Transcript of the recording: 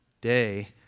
day